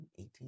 18